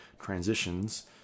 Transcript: transitions